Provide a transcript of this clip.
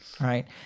Right